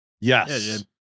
Yes